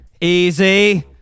easy